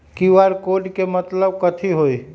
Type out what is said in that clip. QR code के मतलब कथी होई?